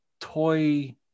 toy